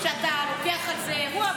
זה נורא נחמד שאתה לוקח על זה אירוע,